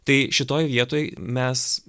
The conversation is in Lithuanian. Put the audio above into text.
tai šitoj vietoj mes